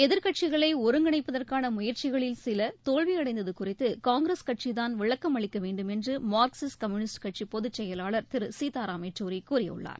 எதிர்க்கட்சிகளை ஒருங்கிணைப்பதற்கான முயற்சிகளில் சில தோல்வியடைந்தது குறித்து காங்கிரஸ் கட்சிதான் விளக்கம் அளிக்க வேண்டும் என்று மார்க்சிஸ்ட் கம்யூனிஸ்ட் பொதுச் செயலாளர் திரு சீதாராம் பெச்சூரி கூறியுள்ளார்